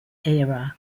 era